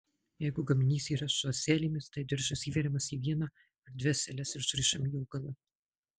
jeigu gaminys yra su ąselėmis tai diržas įveriamas į vieną ar dvi ąseles ir surišami jo galai